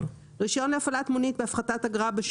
"תנאים לקבלת רישיון להפעלת מונית בהפחתת אגרה למי